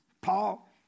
Paul